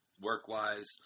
work-wise